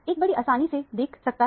एक बड़ी आसानी से देख सकता है